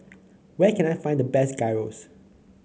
where can I find the best Gyros